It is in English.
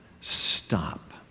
Stop